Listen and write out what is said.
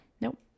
nope